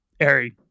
Ari